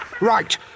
Right